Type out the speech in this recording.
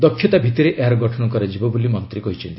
ଦକ୍ଷତା ଭିତ୍ତିରେ ଏହାର ଗଠନ କରାଯିବ ବୋଲି ମନ୍ତ୍ରୀ କହିଛନ୍ତି